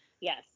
Yes